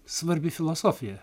svarbi filosofija